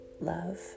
love